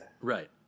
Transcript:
Right